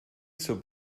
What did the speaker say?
zur